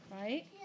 Right